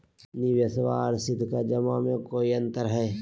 निबेसबा आर सीधका जमा मे कोइ अंतर हय?